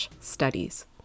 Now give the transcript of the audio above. studies